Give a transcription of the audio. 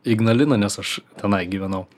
ignaliną nes aš tenai gyvenau